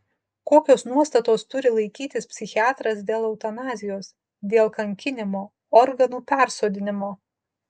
kokios nuostatos turi laikytis psichiatras dėl eutanazijos dėl kankinimo organų persodinimo